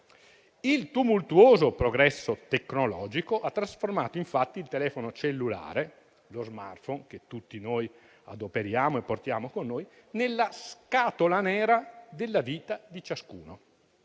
Il tumultuoso progresso tecnologico ha trasformato infatti il telefono cellulare, lo *smartphone* che tutti adoperiamo e portiamo con noi, nella scatola nera della vita di ciascuno.